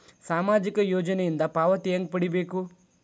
ಸಾಮಾಜಿಕ ಯೋಜನಿಯಿಂದ ಪಾವತಿ ಹೆಂಗ್ ಪಡಿಬೇಕು?